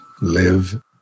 live